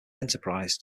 enterprise